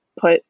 put